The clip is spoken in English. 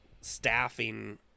staffing